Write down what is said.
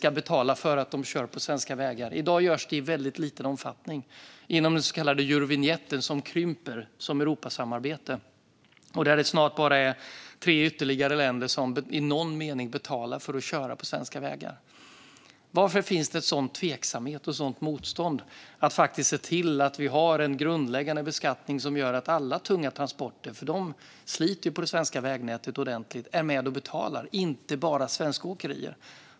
I dag görs detta i väldigt liten omfattning, inom den så kallade eurovinjetten, som krymper som Europasamarbete och där det snart bara är tre ytterligare länder som i någon mening betalar för att köra på svenska vägar. Varför finns det en sådan tveksamhet och ett sådant motstånd mot att se till att vi har en grundläggande beskattning som gör att alla tunga transporter, som sliter ordentligt på det svenska vägnätet, är med och betalar, inte bara svenska åkerier?